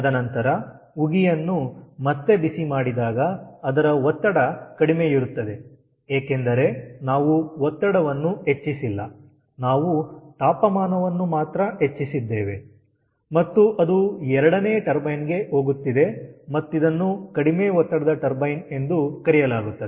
ತದನಂತರ ಉಗಿಯನ್ನು ಮತ್ತೆ ಬಿಸಿ ಮಾಡಿದಾಗ ಅದರ ಒತ್ತಡ ಕಡಿಮೆಯಿರುತ್ತದೆ ಏಕೆಂದರೆ ನಾವು ಒತ್ತಡವನ್ನು ಹೆಚ್ಚಿಸಿಲ್ಲ ನಾವು ತಾಪಮಾನವನ್ನು ಮಾತ್ರ ಹೆಚ್ಚಿಸಿದ್ದೇವೆ ಮತ್ತು ಅದು ಎರಡನೇ ಟರ್ಬೈನ್ ಗೆ ಹೋಗುತ್ತಿದೆ ಮತ್ತಿದನ್ನು ಕಡಿಮೆ ಒತ್ತಡದ ಟರ್ಬೈನ್ ಎಂದು ಕರೆಯಲಾಗುತ್ತದೆ